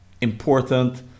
important